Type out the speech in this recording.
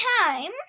time